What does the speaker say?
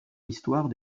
l’histoire